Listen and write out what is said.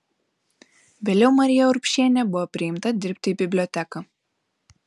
vėliau marija urbšienė buvo priimta dirbti į biblioteką